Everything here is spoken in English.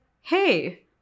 hey